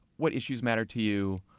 what issues matter to you?